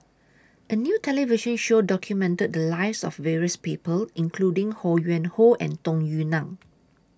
A New television Show documented The Lives of various People including Ho Yuen Hoe and Tung Yue Nang